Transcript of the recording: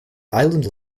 island